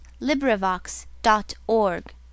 LibriVox.org